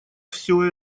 все